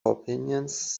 opinions